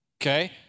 Okay